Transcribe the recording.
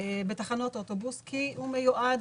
בתחנות אוטובוס כי הוא מיועד